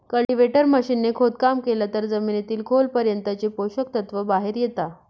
cultivator machine ने खोदकाम केलं तर जमिनीतील खोल पर्यंतचे पोषक तत्व बाहेर येता